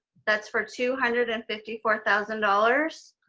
that's for two hundred and fifty four thousand dollars.